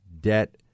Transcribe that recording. debt